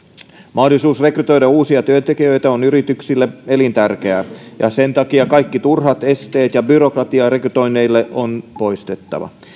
mahdollisuus rekrytoida uusia työntekijöitä on yrityksille elintärkeää ja sen takia kaikki turhat esteet ja byrokratia rekrytoinneille on poistettava